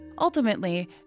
ultimately